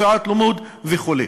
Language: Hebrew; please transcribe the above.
שעות לימוד וכו'.